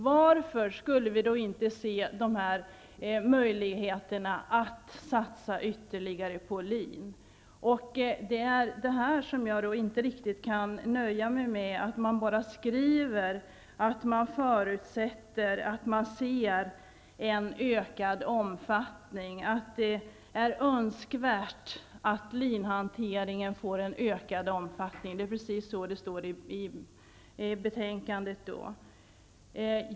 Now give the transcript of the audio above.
Varför skulle vi då inte se dessa möjligheter att satsa ytterligare på lin. Jag kan inte riktigt nöja mig med att man bara skriver att man förutsätter, att man ser en ökad omfattning och att det är önskvärt att linhanteringen får en ökad omfattning. Det är precis det som står i betänkandet.